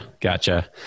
Gotcha